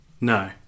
No